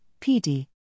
PD